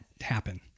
happen